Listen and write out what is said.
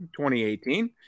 2018